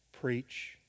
Preach